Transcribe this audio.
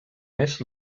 més